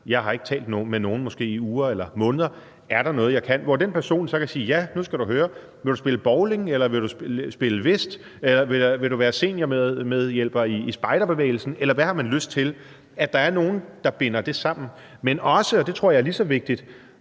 jeg har ikke talt med nogen i måske uger eller måneder, er der noget, jeg kan? Og så kan den person så sige: Ja, nu skal du høre, vil du spille bowling, eller vil du spille whist, eller vil du være seniormedhjælper i spejderbevægelsen, eller hvad har du lyst til? Så der altså er nogen, der binder det sammen. Men, og det tror jeg er lige så vigtigt,